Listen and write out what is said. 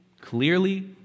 clearly